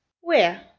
Where